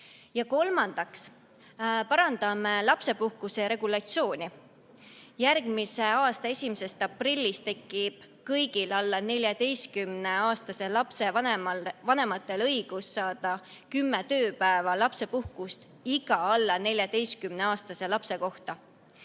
Ja kolmandaks, parandame lapsepuhkuse regulatsiooni. Järgmise aasta 1. aprillist tekib kõigil alla 14-aastase lapse vanematel õigus saada kümme tööpäeva lapsepuhkust iga alla 14-aastase lapse kohta.